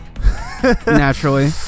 Naturally